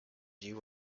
you